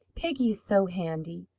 peggy is so handy!